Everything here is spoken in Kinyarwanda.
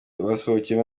basohokeye